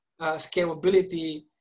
scalability